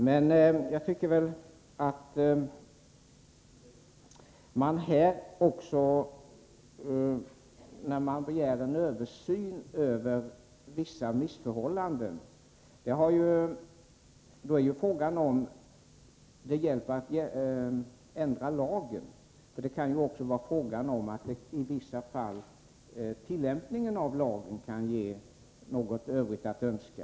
När man på grund av vissa missförhållanden begär en översyn kan det väl vara befogat att fråga sig om det hjälper att ändra lagen. Det kan i vissa fall vara så att tillämpningen av lagen kanske ger en del övrigt att önska.